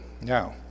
Now